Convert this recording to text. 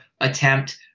attempt